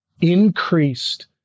increased